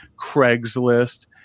Craigslist